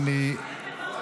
תודה רבה.